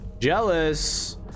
jealous